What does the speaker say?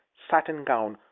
satin gown,